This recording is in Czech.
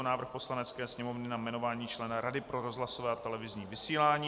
Návrh Poslanecké sněmovny na jmenování člena Rady pro rozhlasové a televizní vysílání